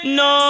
no